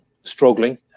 struggling